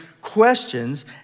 questions